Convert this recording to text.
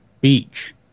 beach